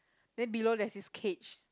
then below there's this cage